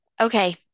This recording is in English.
Okay